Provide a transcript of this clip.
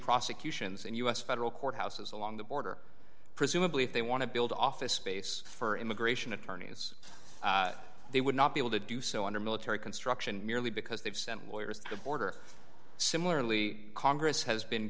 prosecutions and u s federal courthouses along the border presumably if they want to build office space for immigration attorneys they would not be able to do so under military construction merely because they've sent lawyers the border similarly congress has been